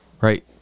right